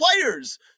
players